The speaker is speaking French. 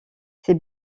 ses